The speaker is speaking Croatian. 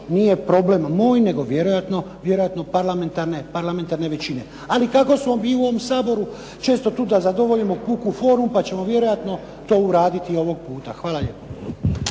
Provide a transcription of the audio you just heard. nije problem moj, nego vjerojatno parlamentarne većine. Ali kako smo mi u ovom Saboru često tu da zadovoljimo puku formu pa ćemo vjerojatno uraditi i ovoga puta. Hvala lijepo.